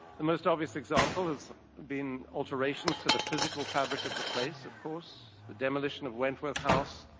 the most obvious example has been alterations to the physical fabric of the place of course, the demolition of wentworth house,